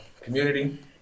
community